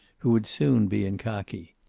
who would soon be in khaki.